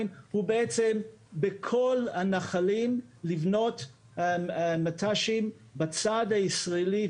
היא בעצם בכל הנחלים לבנות מט"שים בצד הישראלי,